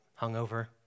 hungover